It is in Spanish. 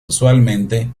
usualmente